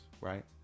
right